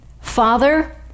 Father